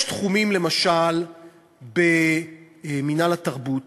יש תחומים, למשל מינהל התרבות,